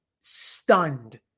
stunned